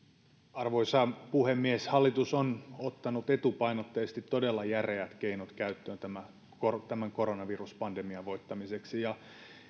arvoisa puhemies hallitus on ottanut etupainotteisesti todella järeät keinot käyttöön tämän koronaviruspandemian voittamiseksi